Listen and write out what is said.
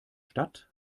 stadt